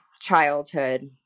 childhood